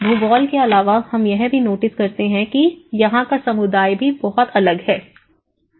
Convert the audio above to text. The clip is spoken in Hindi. भूगोल के अलावा हम यह भी नोटिस करते हैं कि यहां का समुदाय भी बहुत अलग है